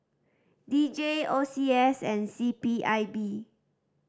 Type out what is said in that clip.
D J O C S and C P I B